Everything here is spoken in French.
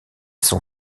son